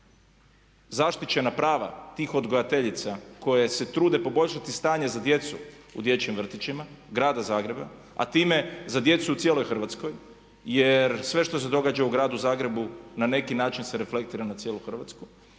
zaštićena prava tih odgajateljica koje se trude poboljšati stanje za djecu u dječjim vrtićima Grada Zagreba a time za djecu u cijeloj Hrvatskoj jer sve što se događa u Gradu Zagrebu na neki način se reflektira na cijelu Hrvatsku?